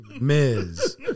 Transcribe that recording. Miz